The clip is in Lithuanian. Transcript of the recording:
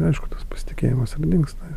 aišku tas pasitikėjimas ir dingsta